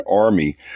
army